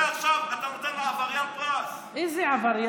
ארבעה מיליון, כולה כל, ארבעה